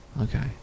okay